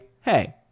Hey